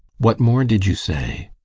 what more did you say?